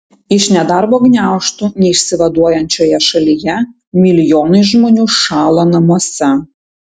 iš nedarbo gniaužtų neišsivaduojančioje šalyje milijonai žmonių šąla namuose